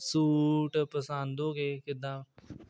suit ਪਸੰਦ ਹੋ ਗਏ ਕਿੱਦਾਂ